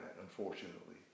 Unfortunately